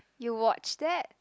you watched that